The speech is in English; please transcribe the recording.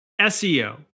SEO